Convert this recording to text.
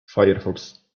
firefox